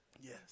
Yes